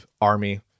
Army